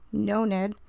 no, ned.